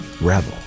Rebel